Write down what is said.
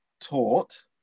taught